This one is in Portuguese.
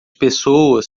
pessoas